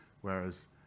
Whereas